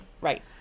Right